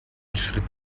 schritt